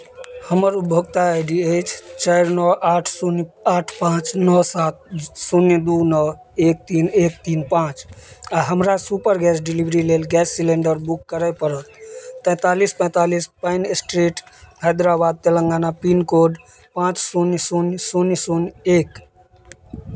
हमर उपभोक्ता I D अछि चारि नओ आठ शून्य आठ पाँच नओ सात शून्य दू नओ एक तीन एक तीन पाँच आ हमरा सुपर गैस डिलीवरी लेल गैस सिलिंडर बुक करय पड़त तैंतालीस पैंतालीस Pine Street Hyderabad Telangana pincode पाँच शून्य शून्य शून्य शून्य एक